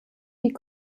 die